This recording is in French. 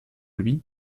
lui